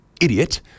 idiot